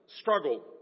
struggle